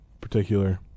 particular